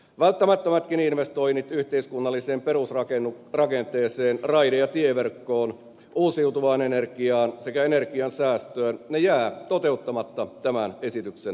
välttämättömätkin investoinnit yhteiskunnalliseen perusrakenteeseen raide ja tieverkkoon uusiutuvaan energiaan sekä energiansäästöön jäävät toteutumatta tämän esityksen pohjalta